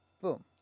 boom